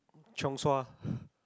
chiong sua